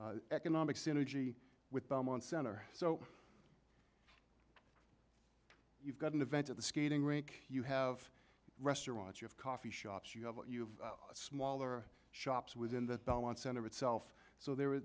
economic synergy with belmont center so you've got an event at the skating rink you have restaurants you have coffee shops you have what you have smaller shops within that don't want center itself so there